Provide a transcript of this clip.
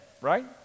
right